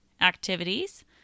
activities